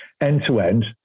end-to-end